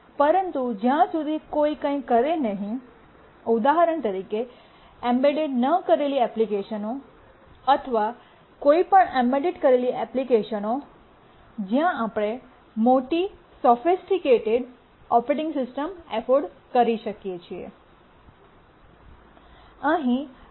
પરંતુ જ્યાં સુધી કોઈ કંઇક કરે નહીં ઉદાહરણ તરીકે એમ્બેડ ન કરેલી એપ્લિકેશનો અથવા કોઈપણ એમ્બેડ કરેલી એપ્લિકેશનો જ્યાં આપણે મોટી સોફિસ્ટિકેટેડ ઓપરેટિંગ સિસ્ટમ અફફોર્ડ કરી શકીએ છીએ